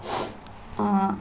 uh